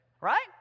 Right